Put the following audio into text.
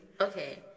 Okay